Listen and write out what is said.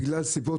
בגלל סיבות,